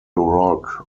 rock